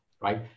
right